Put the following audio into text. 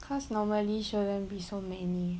cause normally shouldn't be so many